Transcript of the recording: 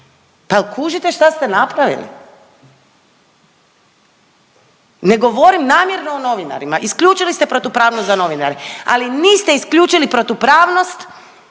pa jel kužite šta ste napravili? Ne govorim namjerno o novinarima. Isključili ste protupravno za novinare, ali niste isključili za protupravnost